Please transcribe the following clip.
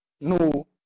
no